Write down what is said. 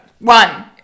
One